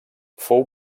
fou